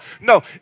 no